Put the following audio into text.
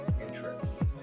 interests